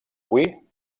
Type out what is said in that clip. avui